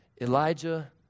Elijah